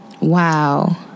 Wow